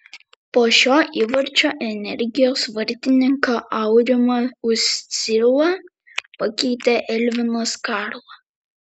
po šio įvarčio energijos vartininką aurimą uscilą pakeitė elvinas karla